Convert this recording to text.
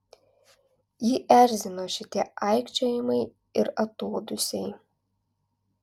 jį erzino šitie aikčiojimai ir atodūsiai